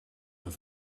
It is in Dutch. een